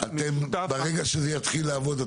ברגע שזה יתחיל לעבוד,